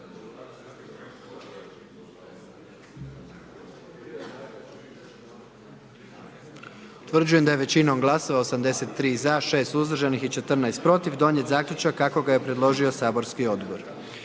Utvrđujem da je većinom glasova 78 za i 1 suzdržan i 20 protiv donijet zaključak kako ga je predložilo matično